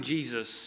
Jesus